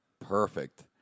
Perfect